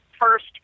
first